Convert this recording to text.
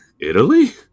Italy